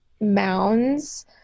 mounds